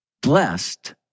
Blessed